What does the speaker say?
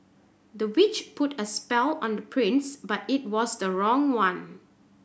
the witch put a spell on the prince but it was the wrong one